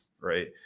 right